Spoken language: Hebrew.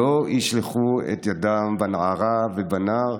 שלא ישלחו את ידם בנערה ובנער.